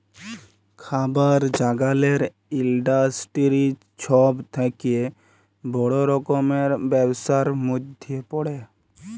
খাবার জাগালের ইলডাসটিরি ছব থ্যাকে বড় রকমের ব্যবসার ম্যধে পড়ে